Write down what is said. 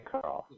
Carl